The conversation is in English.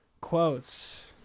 quotes